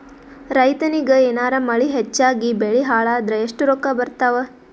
ರೈತನಿಗ ಏನಾರ ಮಳಿ ಹೆಚ್ಚಾಗಿಬೆಳಿ ಹಾಳಾದರ ಎಷ್ಟುರೊಕ್ಕಾ ಬರತ್ತಾವ?